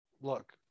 look